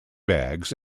bags